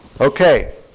Okay